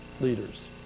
leaders